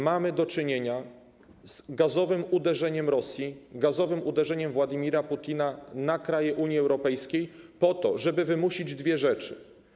Mamy do czynienia z gazowym uderzeniem Rosji, gazowym uderzeniem Władimira Putina na kraje Unii Europejskiej po to, żeby wymusić dwie rzeczy.